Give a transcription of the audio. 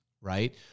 right